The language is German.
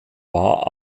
war